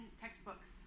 textbooks